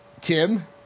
Tim